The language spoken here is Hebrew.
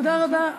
תודה רבה,